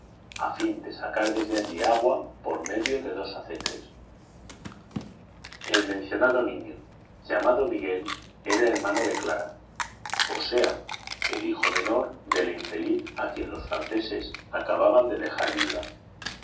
a fin de sacar desde allí agua por medio de dos acetres el mencionado niño llamado miguel era hermano de clara o sea el hijo menor de la infeliz a quien los franceses acababan de dejar viuda